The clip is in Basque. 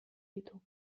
ditu